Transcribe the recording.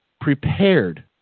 prepared